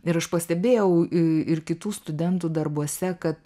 ir aš pastebėjau ir kitų studentų darbuose kad